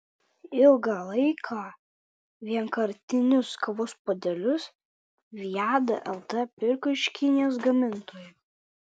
ilgą laiką vienkartinius kavos puodelius viada lt pirko iš kinijos gamintojų